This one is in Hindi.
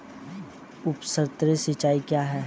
उपसतही सिंचाई क्या है?